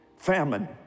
Famine